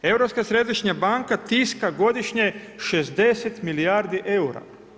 Europska središnja banka tiska godišnje 60 milijardi eura.